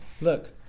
Look